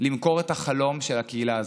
למכור את החלום של הקהילה הזאת,